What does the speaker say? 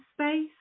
space